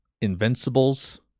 Invincibles